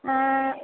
ആ